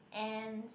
ants